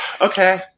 okay